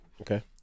Okay